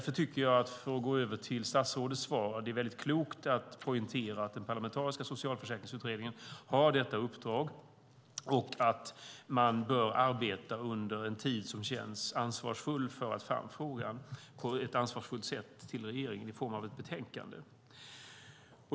För att gå över till statsrådets svar tycker jag därför att det är väldigt klokt att poängtera att den parlamentariska socialförsäkringsutredningen har detta uppdrag och att man bör arbeta under den tid som krävs för att på ett ansvarsfullt sätt föra fram frågan till regeringen i form av ett betänkande.